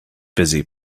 busy